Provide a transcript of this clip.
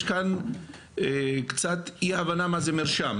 יש כאן קצת אי הבנה לגבי מה זה מרשם;